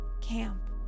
Camp